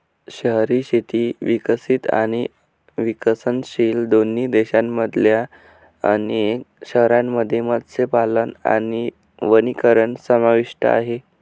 शहरी शेती विकसित आणि विकसनशील दोन्ही देशांमधल्या अनेक शहरांमध्ये मत्स्यपालन आणि वनीकरण समाविष्ट आहे